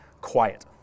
quiet